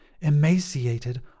emaciated